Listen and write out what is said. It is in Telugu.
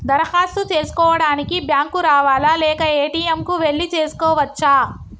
దరఖాస్తు చేసుకోవడానికి బ్యాంక్ కు రావాలా లేక ఏ.టి.ఎమ్ కు వెళ్లి చేసుకోవచ్చా?